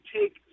take